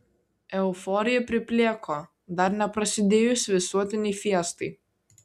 euforija priplėko dar neprasidėjus visuotinei fiestai